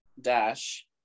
Dash